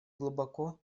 глубоко